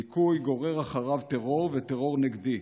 דיכוי גורר אחריו טרור וטרור נגדי.